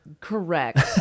Correct